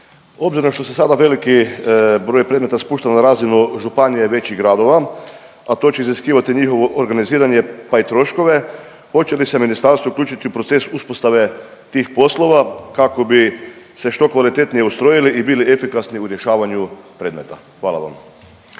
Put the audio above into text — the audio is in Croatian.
Obzirom što se sada veliki broj predmeta spušta na razinu županije i većih gradova, a to će iziskivati njihovo organiziranje pa i troškove, hoće li se ministarstvo uključiti u proces uspostave tih poslova kako bi se što kvalitetnije ustrojili i bili efikasni u rješavanju predmeta? Hvala vam.